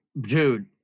dude